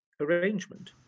arrangement